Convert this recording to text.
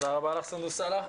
תודה רבה, סונדוס סאלח.